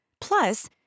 Plus